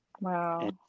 Wow